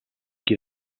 qui